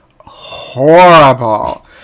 horrible